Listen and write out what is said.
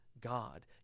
God